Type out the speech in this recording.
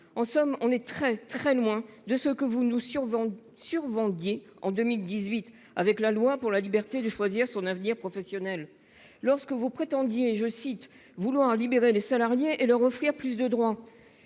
en somme. On est très très loin de ce que vous nous si on vend sur vendiez en 2018 avec la loi pour la liberté de choisir son avenir professionnel lorsque vous prétendit et je cite, vouloir libérer les salariés et leur offrir plus de droit,